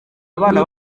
abana